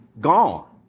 gone